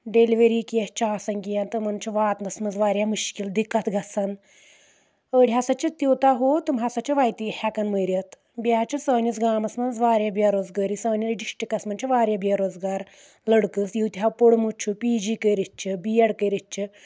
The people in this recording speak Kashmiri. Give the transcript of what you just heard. ڈیلؤری کینٛہہ چھِ آسان کینٛہہ تِمَن چھُ واتنس منٛز واریاہ مُشکِل دِکَت گَژھان ٲڈۍ ہسا چھِ تیوٗتاہ ہُہ تِم ہسا چھِ وَتے ہٮ۪کان مٔرِتھ بیٚیہِ حظ چھِ سٲنِس گامَس منٛز واریاہ بیروزگٲری سٲنِس ڈِسٹرِکس منٛز چھِ واریاہ بیروزگار لٔڑکہٕ یٖتیو چھُ پی جی کٔرِتھ چھِ بی اؠڈ کٔرِتھ چھِ